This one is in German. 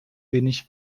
wenig